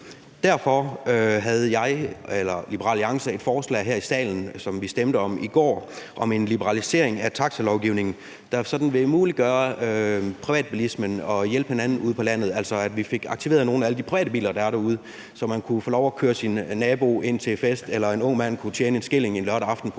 Derfor havde Liberal Alliance et forslag her i salen, som vi stemte om i går, om en liberalisering af taxalovgivningen, der sådan vil muliggøre privatbilismen, og at man kan hjælpe hinanden ude på landet, altså at vi fik aktiveret nogle af alle de private biler, der er derude, så man kunne få lov at køre sin nabo ind til fest, eller så en ung mand kunne tjene en skilling en lørdag aften på